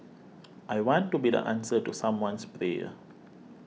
I want to be the answer to someone's prayer